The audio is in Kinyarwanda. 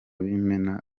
b’imena